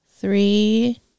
three